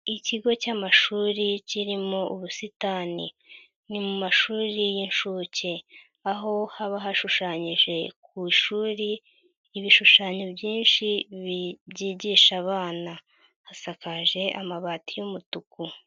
Ikigo cy'amashuri kirimo ubusitani, ni mu mashuri y'inshuke aho haba hashushanyije ku shuri ibishushanyo byinshi byigisha abana, hasakaje amabati y'umutuku.